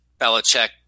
Belichick